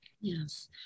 Yes